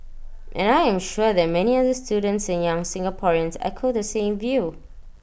and I am sure that many other students and young Singaporeans echo the same view